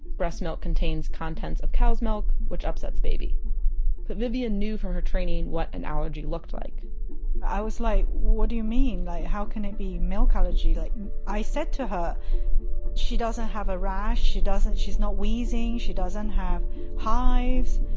breast milk contains content of cow's milk, which upsets baby. but vivian knew from her training what an allergy looked like i was like what do you mean. like how can it be milk allergy? like i said to her she doesn't have a rash, doesn't she's not wheezing she does have hives